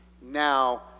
Now